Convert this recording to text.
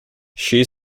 she